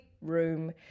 room